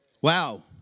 Wow